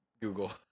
Google